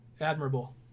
admirable